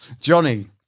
Johnny